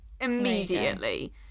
immediately